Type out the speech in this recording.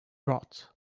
rot